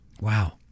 Wow